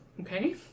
Okay